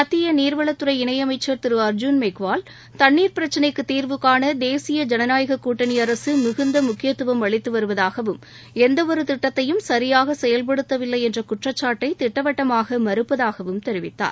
மத்தியநீர்வளத் துறை இணையமைச்சர் திரு அர்ஜூன் மெஹ்வால் தண்ணீர் பிரச்சினைக்குதீர்வு காணதேசிய ஜனநாயககூட்டணிஅரசுமிகுந்தமுக்கியத்துவம் அளித்துவருவதாகவும் எந்தவொருதிட்டத்தையும் சரியாகசெயல்படுத்தவில்லைஎன்றகுற்றச்சாட்டைதிட்டவட்டமாகமறுப்பதாகவும் தெரிவித்தார்